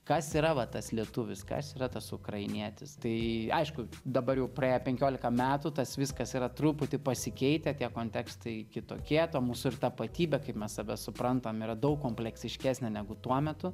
kas yra va tas lietuvis kas yra tas ukrainietis tai aišku dabar jau praėjo penkiolika metų tas viskas yra truputį pasikeitę tie kontekstai kitokie to mūsų tapatybė kaip mes suprantam yra daug kompleksiškesnė negu tuo metu